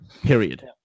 Period